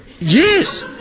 Yes